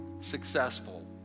successful